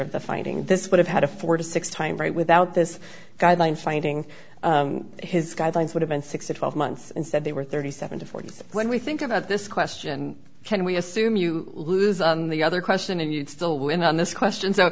of the finding this would have had a four to six time right without this guideline finding his guidelines would have been six to twelve months instead they were thirty seven to forty when we think about this question can we assume you lose on the other question and you still win on this question so